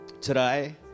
today